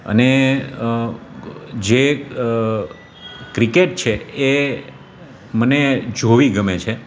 અને જે ક્રિકેટ છે એ મને જોવી ગમે છે